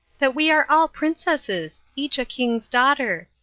that we are all princesses each a king's daughter.